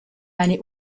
eine